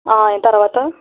ఆయ్ తర్వాత